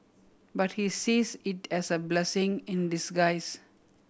but he sees it as a blessing in disguise